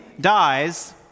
dies